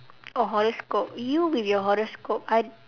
oh horoscope you with your horoscope I